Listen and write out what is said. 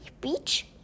beach